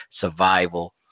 survival